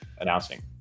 announcing